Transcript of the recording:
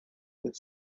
with